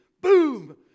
Boom